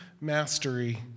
mastery